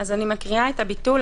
אני מקריאה את הביטול,